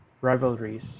rivalries